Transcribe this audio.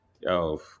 yo